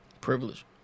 Privilege